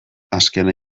azkena